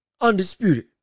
undisputed